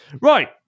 Right